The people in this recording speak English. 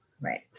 right